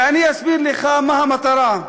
ואני אסביר לך מה המטרה.